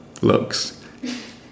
looks